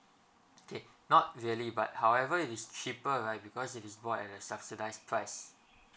K not really but however it is cheaper right because is bought at a subsidized price